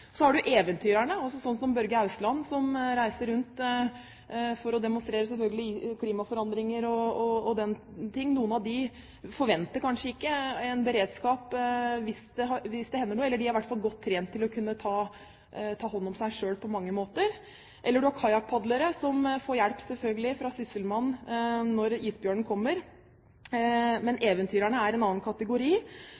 Så har man eventyrerne, som Børge Ousland, som reiser rundt for å demonstrere klimaforandringer og den ting. Noen av dem forventer kanskje ikke en beredskap hvis det hender noe, eller de er i hvert fall godt trent til å kunne ta hånd om seg selv på mange måter. Man har også kajakkpadlere som selvfølgelig får hjelp fra sysselmannen når isbjørnen kommer. Men